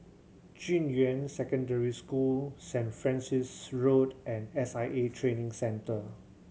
Junyuan Secondary School Saint Francis Road and S I A Training Centre